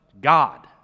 God